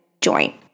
Join